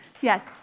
Yes